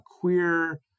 queer